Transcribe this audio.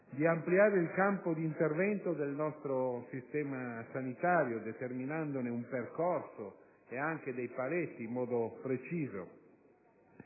per ampliare il campo di intervento del nostro sistema sanitario, determinandone un percorso e anche dei paletti in modo preciso.